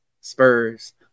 Spurs